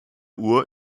uhr